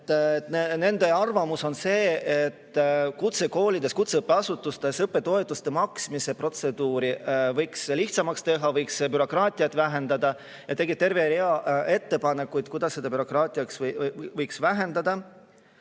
Nende arvamus on see, et kutsekoolides, kutseõppeasutustes õppetoetuste maksmise protseduuri võiks lihtsamaks teha ja bürokraatiat saaks vähendada. Nad tegid terve rea ettepanekuid, kuidas võiks bürokraatiat vähendada.